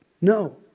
No